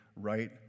right